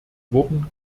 wurden